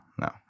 no